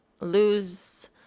lose